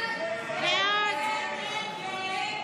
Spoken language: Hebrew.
הסתייגות 1946 לא נתקבלה.